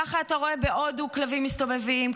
ככה אתה רואה בהודו כלבים מסתובבים,